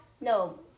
No